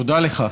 תודה לך.